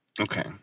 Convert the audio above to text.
Okay